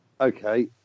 Okay